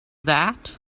that